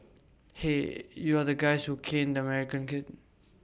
hey you are the guys who caned the American kid